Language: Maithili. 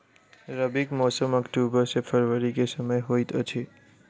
रबीक मौसम अक्टूबर सँ फरबरी क समय होइत अछि